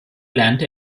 lernte